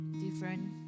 different